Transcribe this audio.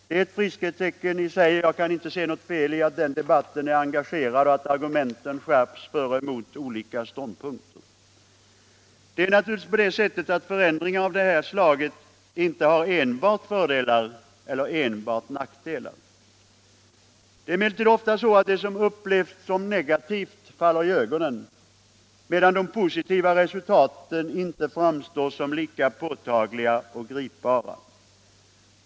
Det är ett friskhetstecken i sig, och jag kan inte se något fel i att den debatten är engagerad och att argumenten skärps för och emot olika ståndpunkter. Förändringar av det här slaget har naturligtvis inte enbart fördelar eller enbart nackdelar. Det är emellertid ofta så att det som upplevs som negativt faller i ögonen, medan de positiva resultaten inte framstår som lika påtagliga och gripbara.